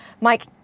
Mike